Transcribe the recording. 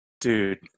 dude